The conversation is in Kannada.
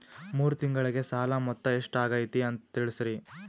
ಮೂರು ತಿಂಗಳಗೆ ಸಾಲ ಮೊತ್ತ ಎಷ್ಟು ಆಗೈತಿ ಅಂತ ತಿಳಸತಿರಿ?